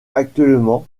actuellement